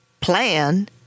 plan